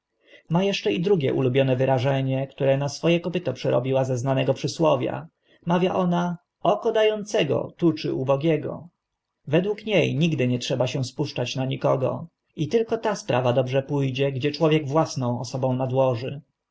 ma eszcze i drugie ulubione wyrażenie które na swo e kopyto przerobiła ze znanego przysłowia mawia ona oko da ącego tuczy ubogiego według nie nigdy nie trzeba się spuszczać na nikogo i tylko ta sprawa dobrze pó dzie gdzie człowiek własną osobą nadłoży